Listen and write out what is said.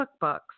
Cookbooks